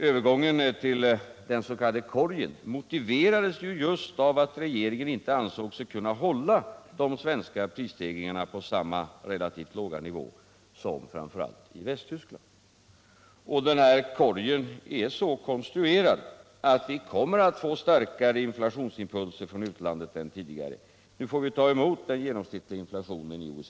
Övergången till den s.k. korgen motiverades just av att regeringen inte ansåg sig kunna hålla de svenska prisstegringarna på samma relativt låga nivå som man kunde i framför allt Västtyskland. Och denna korg är så konstruerad att vi kommer att få starkare inflationsimpulser från utlandet än tidigare. Nu får vi ta emot den genomsnittliga inflationen i OECD-området.